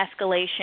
escalation